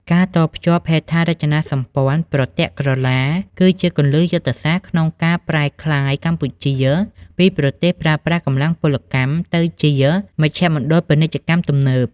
ការតភ្ជាប់ហេដ្ឋារចនាសម្ព័ន្ធប្រទាក់ក្រឡា គឺជាគន្លឹះយុទ្ធសាស្ត្រក្នុងការប្រែក្លាយកម្ពុជាពី "ប្រទេសប្រើប្រាស់កម្លាំងពលកម្ម" ទៅជា "មជ្ឈមណ្ឌលពាណិជ្ជកម្មទំនើប"។